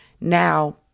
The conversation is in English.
Now